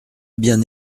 bien